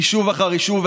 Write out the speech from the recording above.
יישוב אחר יישוב.